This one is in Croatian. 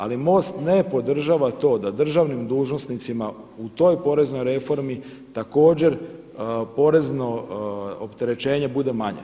Ali MOST ne podržava to da državnim dužnosnicima u toj poreznoj reformi također porezno opterećenje bude manje.